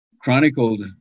chronicled